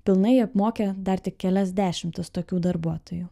pilnai apmokė dar tik kelias dešimtis tokių darbuotojų